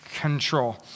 control